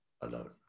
alone